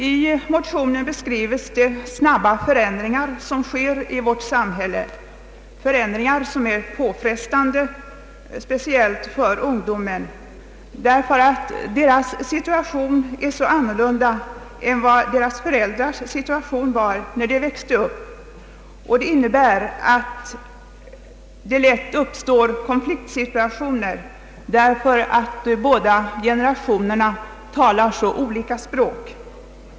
I motionen beskrives de snabba förändringar som sker i vårt samhälle, för ändringar som är påfrestande speciellt för de unga, därför att deras situation är en helt annan än föräldrarnas var när de växte upp. Det innebär att det lätt uppstår konfliktsituationer, därför att de båda generationerna talar olika språk.